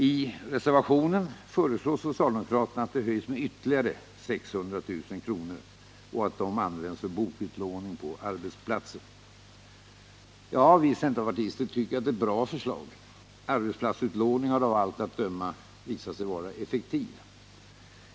I reservationen föreslår socialdemokraterna att det höjs med ytterligare 600 000 kr. och att de pengarna används för bokutlåning på arbetsplatser. Vicenterpartister tycker att det är ett bra förslag. Arbetsplatsutlåningen har av allt att döma visat sig vara effektiv.